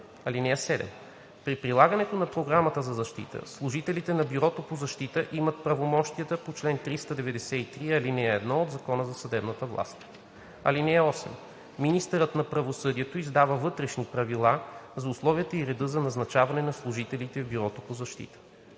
случай. (7) При прилагането на Програмата за защита служителите на Бюрото по защита имат правомощията по чл. 393, ал. 1 от Закона за съдебната власт. (8) Министърът на правосъдието издава вътрешни правила за условията и реда за назначаване на служителите в Бюрото по защита.“